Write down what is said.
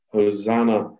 Hosanna